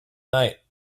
night